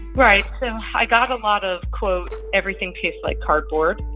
right. so i got a lot of, quote, everything tastes like cardboard,